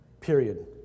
Period